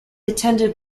attended